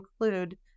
include